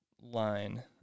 line